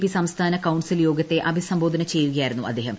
P സംസ്ഥാന council യോഗത്തെ അഭിസംബോധന ചെയ്യുകയായിരുന്നു അദ്ദേഹം